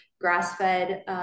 grass-fed